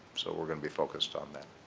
so we're going to be focused on that.